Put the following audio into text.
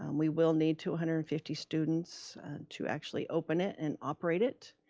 um we will need two hundred and fifty students to actually open it and operate it.